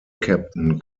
captain